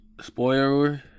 spoiler